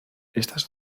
estas